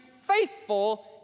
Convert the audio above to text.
faithful